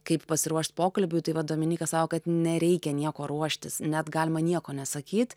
kaip pasiruošt pokalbiui tai va dominykas sako kad nereikia nieko ruoštis net galima nieko nesakyt